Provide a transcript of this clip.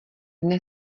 dne